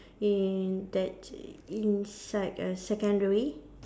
in that inside err secondary